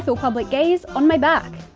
so public gaze on my back.